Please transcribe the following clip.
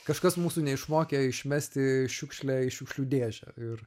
kažkas mūsų neišmokė išmesti šiukšlę į šiukšlių dėžę ir